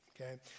okay